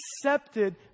accepted